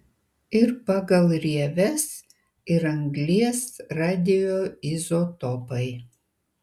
ir pagal rieves ir anglies radioizotopai